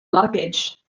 luggage